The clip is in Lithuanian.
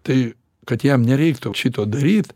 tai kad jam nereiktų šito daryt